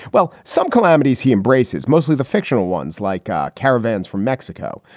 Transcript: well, some calamities he embraces mostly the fictional ones like ah caravans from mexico,